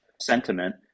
sentiment